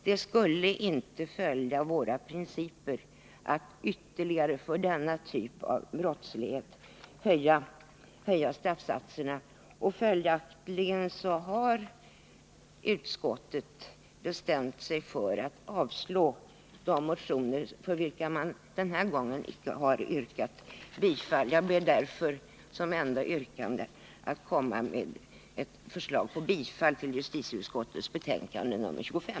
Det skulle inte följa våra principer att för denna typ av brottslighet ytterligare höja straffsatserna. Följaktligen har utskottet bestämt sig för att avstyrka motionerna. Jag ber därför att få yrka bifall till justitieutskottets hemställan i betänkande 25.